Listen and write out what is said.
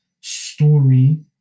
story